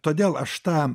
todėl aš tą